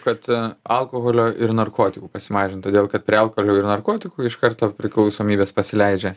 kad alkoholio ir narkotikų pasimažint todėl kad prie alkoholio ir narkotikų iš karto priklausomybės pasileidžia